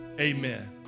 amen